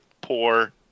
poor